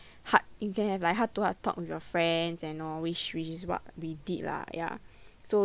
heart you can have like heart-to-heart talk with your friends and no which which is what we did lah ya so